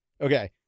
Okay